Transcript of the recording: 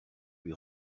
lui